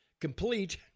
complete